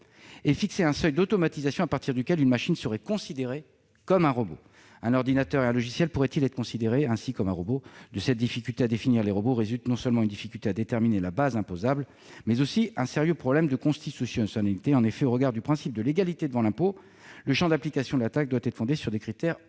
et à fixer un seuil d'automatisation à partir duquel une machine serait considérée comme un robot. Un ordinateur et un logiciel pourraient-ils ainsi être considérés comme un robot ? De cette difficulté à définir les robots résulte non seulement une difficulté à déterminer la base imposable, mais aussi un sérieux problème de constitutionnalité. En effet, au regard du principe de l'égalité devant l'impôt, la détermination du champ d'application de la taxe doit être fondée sur des critères objectifs